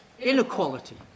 Inequality